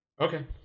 Okay